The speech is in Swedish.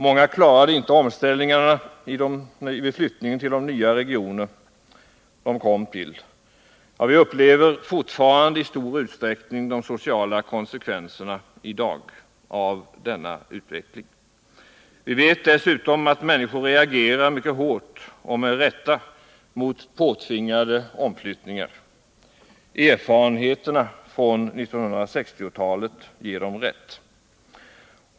Många klarade inte av den omställning som flyttningen till nya regioner innebar. Vi upplever fortfarande i stor utsträckning de sociala konsekvenserna av denna utveckling. Vi vet dessutom att människor reagerar mycket starkt och med all rätt mot påtvingade omflyttningar. Erfarenheterna från 1960-talet ger dem rätt.